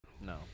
No